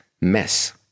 mess